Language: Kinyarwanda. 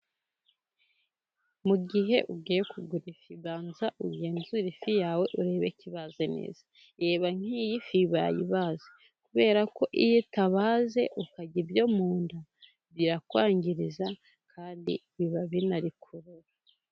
Mu gihe ugiye kugura ikiganza ugenzure ifi yawe urebe ikibaze neza, reba nk'iyi fi bayibaze kubera ko iyo itabaza ukarya ibyo mu nda birakwangiza kandi biba binari kurura.